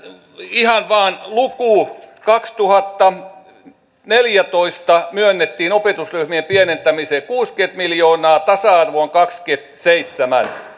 ihan vain luku kaksituhattaneljätoista myönnettiin opetusryhmien pienentämiseen kuusikymmentä miljoonaa ja tasa arvoon kaksikymmentäseitsemän